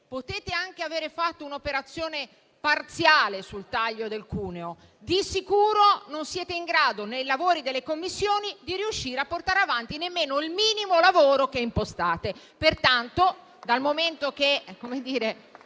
potete anche aver fatto un'operazione parziale sul taglio del cuneo, ma di sicuro non siete in grado, nei lavori delle Commissioni, di portare avanti nemmeno il minimo lavoro che impostate.